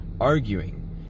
arguing